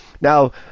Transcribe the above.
Now